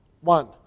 one